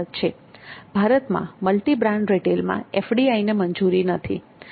ભારતમાં મલ્ટીબ્રાન્ડ રિટેલમાં એફડીઆઇને મંજૂરી નથી